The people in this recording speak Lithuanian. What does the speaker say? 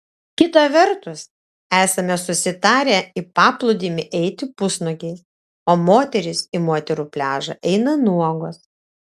kita vertus esame susitarę į paplūdimį eiti pusnuogiai o moterys į moterų pliažą eina nuogos